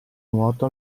nuoto